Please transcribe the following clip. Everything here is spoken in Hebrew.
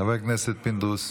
חבר הכנסת פינדרוס?